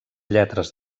lletres